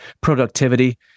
productivity